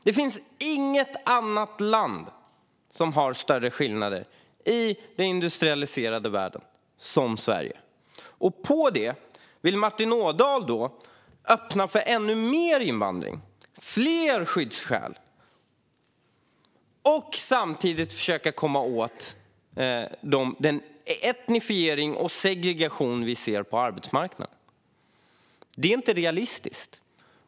Det finns inget annat land i den industrialiserade världen som har större skillnader än Sverige. Martin Ådahl vill öppna för ännu mer invandring, fler skyddsskäl, och samtidigt försöka komma åt den etnifiering och segregation vi ser på arbetsmarknaden. Det är inte realistiskt.